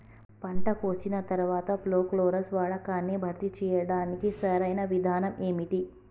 పంట కోసిన తర్వాత ప్రోక్లోరాక్స్ వాడకాన్ని భర్తీ చేయడానికి సరియైన విధానం ఏమిటి?